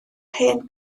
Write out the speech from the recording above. hyn